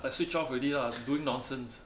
switch off already lah doing nonsense